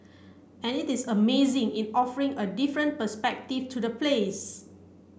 and it is amazing in offering a different perspective to the place